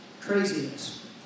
craziness